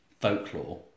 folklore